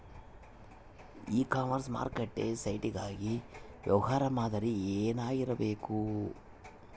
E commerce ಮಾರುಕಟ್ಟೆ site ಗಾಗಿ ವ್ಯವಹಾರ ಮಾದರಿ ಏನಾಗಿರಬೇಕು?